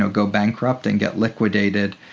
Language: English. ah go bankrupt and get liquidated?